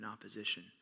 opposition